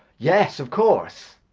yes, of course.